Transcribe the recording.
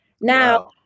Now